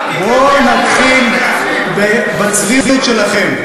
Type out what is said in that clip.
בואו נתחיל בצביעות שלכם.